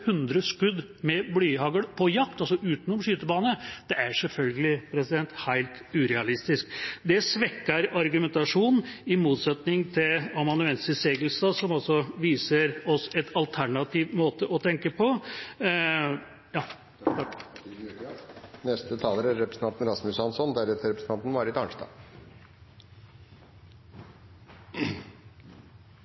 100 skudd med blyhagl på jakt, altså utenom skytebane. Det er selvfølgelig helt urealistisk. Det svekker argumentasjonen, i motsetning til hos amanuensis Segalstad, som viser oss en alternativ måte å tenke på.